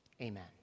Amen